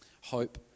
hope